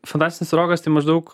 fantastinis rokas tai maždaug